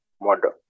model